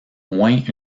moins